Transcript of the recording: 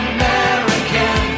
American